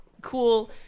cool